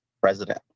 president